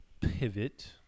pivot